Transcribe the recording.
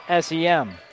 SEM